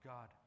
God